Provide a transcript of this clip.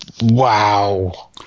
Wow